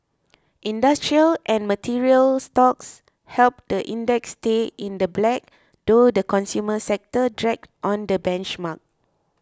industrial and material stocks helped the index stay in the black though the consumer sector dragged on the benchmark